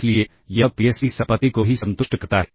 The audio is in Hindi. इसलिए यह पीएसडी संपत्ति को भी संतुष्ट करता है